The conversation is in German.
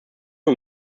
und